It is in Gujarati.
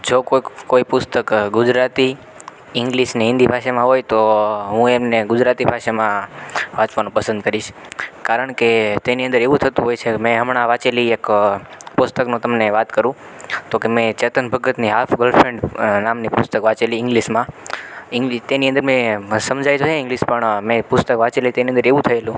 જો કોઈક કોઈ પુસ્તક ગુજરાતી ઈંગ્લીશને હિન્દી ભાષામાં હોયતો હું એમને ગુજરાતી ભાષામાં વાંચવાનું પસંદ કરીશ કારણ કે તેની અંદર એવું થતું હોય છે મે હમણાં વાંચેલી એક પુસ્તકનું તમને વાત કરું તો કે મેં ચેતન ભગતની હાફ ગર્લફ્રેન્ડ નામની પુસ્તક વાંચેલી ઈંગ્લીશમાં તેની અંદર મેં સમઝાઈ જાય ઇંગ્લિશ પણ મેં એ પુસ્તક વાંચેલી તેની અંદર એવું થયેલું